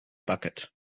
bucket